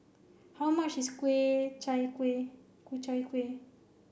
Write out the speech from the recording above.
how much is Chai Kuih Ku Chai Kuih